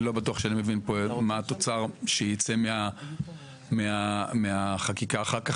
אני לא בטוח שאני מבין מה התוצר שייצא מהחקיקה אחר כך,